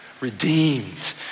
redeemed